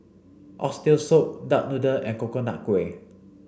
oxtail soup duck noodle and Coconut Kuih